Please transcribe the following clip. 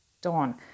dawn